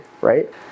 right